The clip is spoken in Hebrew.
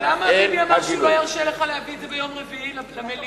למה ביבי אמר לך שהוא לא ירשה לך להביא ביום רביעי למליאה?